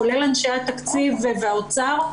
כולל אנשי התקציב והאוצר,